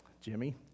Jimmy